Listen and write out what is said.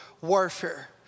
warfare